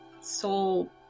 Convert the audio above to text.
soul